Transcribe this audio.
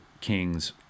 King's